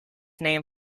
name